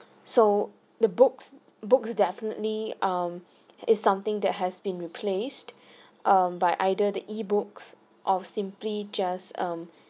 so the books books definitely um is something that has been replaced um by either the E books of simply just um